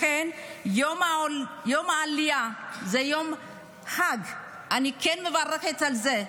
לכן, יום העלייה זה יום חג, ואני כן מברכת על זה.